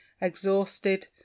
exhausted